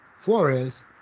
Flores